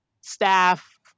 staff